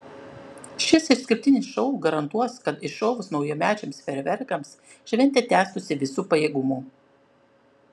šis išskirtinis šou garantuos kad iššovus naujamečiams fejerverkams šventė tęstųsi visu pajėgumu